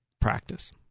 practice